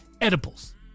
edibles